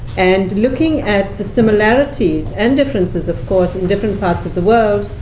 and looking at the similarities and differences, of course in different parts of the world,